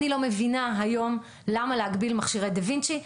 אני לא מבינה היום למה להגביל מכשירי דה וינצ'י.